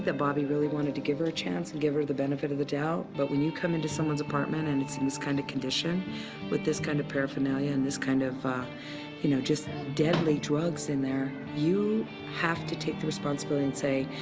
bobby really wanted to give her a chance and give her the benefit of the doubt. but when you come into someone's apartment, and it's in this kind of condition with this kind of paraphernalia and this kind of you know just deadly drugs in there, you have to take the responsibility and say,